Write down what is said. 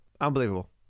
Unbelievable